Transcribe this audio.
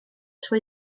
trwy